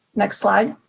next slide.